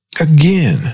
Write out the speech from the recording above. again